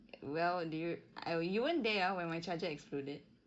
well do you err I you weren't there hor when my charger exploded